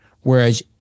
whereas